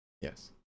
Yes